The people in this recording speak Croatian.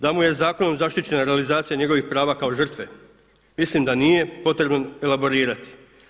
Da mu je zakonom zaštićena realizacija njegovih prava kao žrtve mislim da nije potrebno elaborirati.